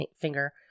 finger